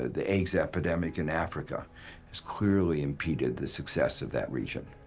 the aids epidemic in africa has clearly impeded the success of that region.